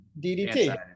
DDT